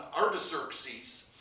Artaxerxes